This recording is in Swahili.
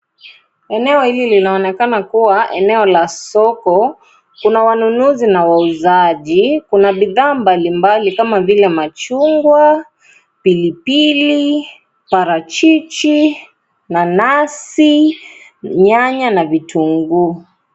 Eneo hili linaonekana kuwa eneo la soko. Kuna wanunuzi na wauzaji. Kuna bidhaa mbalimbali kama vile, machungwa, pilipili, parachichi, nanasi, nyanya na vitunguu.